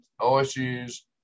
OSU's